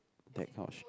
that kind of shit